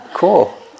Cool